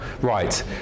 Right